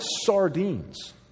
sardines